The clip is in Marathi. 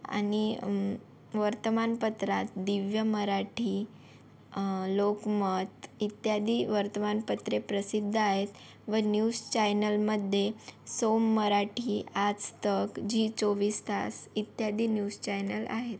आणि वर्तमानपत्रात दिव्य मराठी लोकमत इत्यादी वर्तमानपत्रे प्रसिद्ध आहेत व न्यूज चॅनलमध्ये साम मराठी आजतक झी चोवीस तास इत्यादी न्यूज चॅनल आहेत